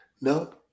No